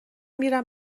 میرم